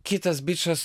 kitas bičas